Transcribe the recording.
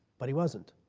but he wasn't